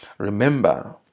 Remember